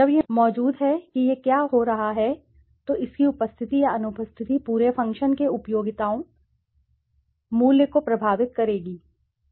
जब यह मौजूद है कि यह क्या हो रहा है तो इसकी उपस्थिति या अनुपस्थिति पूरे फ़ंक्शन के उपयोगिता मूल्य को प्रभावित करेगी